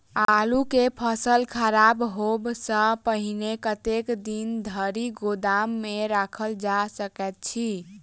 आलु केँ फसल खराब होब सऽ पहिने कतेक दिन धरि गोदाम मे राखल जा सकैत अछि?